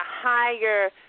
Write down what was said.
higher